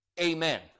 Amen